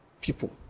people